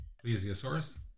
Plesiosaurus